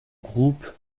groupe